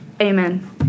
Amen